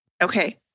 Okay